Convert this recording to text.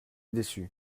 déçus